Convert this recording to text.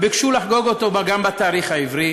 וביקשו לחגוג אותו גם בתאריך העברי.